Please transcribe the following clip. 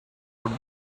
would